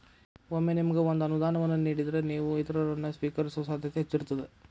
ಒಮ್ಮೆ ನಿಮಗ ಒಂದ ಅನುದಾನವನ್ನ ನೇಡಿದ್ರ, ನೇವು ಇತರರನ್ನ, ಸ್ವೇಕರಿಸೊ ಸಾಧ್ಯತೆ ಹೆಚ್ಚಿರ್ತದ